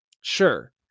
Sure